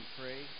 pray